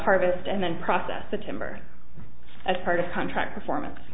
harvest and then process the timber as part of contract performance